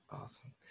awesome